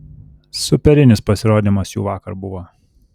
superinis pasirodymas jų vakar buvo